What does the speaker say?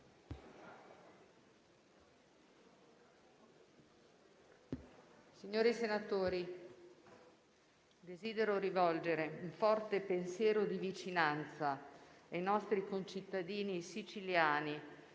Signori senatori, desidero rivolgere un forte pensiero di vicinanza ai nostri concittadini siciliani,